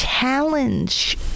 Challenge